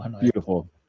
beautiful